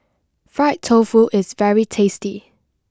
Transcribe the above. Fried Tofu is very tasty